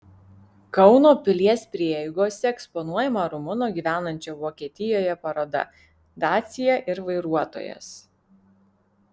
kauno pilies prieigose eksponuojama rumuno gyvenančio vokietijoje paroda dacia ir vairuotojas